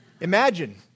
Imagine